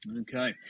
Okay